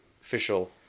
official